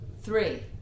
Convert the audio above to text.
Three